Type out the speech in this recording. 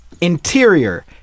Interior